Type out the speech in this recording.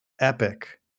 epic